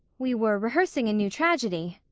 we were rehearsing a new tragedy.